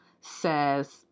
says